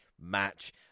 match